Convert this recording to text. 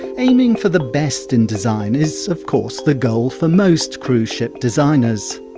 aiming for the best in design is of course the goal for most cruise ship designers.